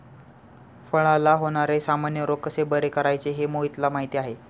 फळांला होणारे सामान्य रोग कसे बरे करायचे हे मोहितला माहीती आहे